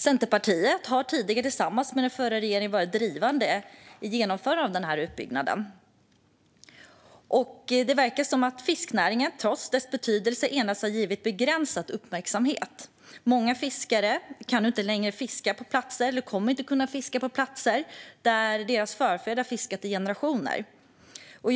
Centerpartiet har tidigare tillsammans med den förra regeringen varit drivande i genomförandet av den här utbyggnaden. Det verkar som att fiskenäringen trots sin betydelse endast har givits begränsad uppmärksamhet. Många fiskare kan nu inte längre fiska på platser där deras förfäder har fiskat i generationer eller kommer inte att kunna göra det.